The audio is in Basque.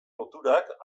loturak